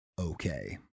okay